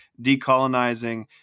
decolonizing